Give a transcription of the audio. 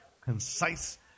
concise